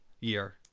year